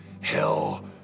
Hell